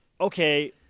Okay